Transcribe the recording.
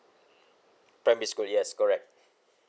primary school yes correct